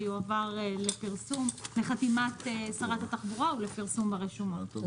יועבר לחתימת שרת התחבורה ולפרסום ברשומות.